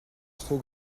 trop